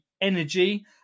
Energy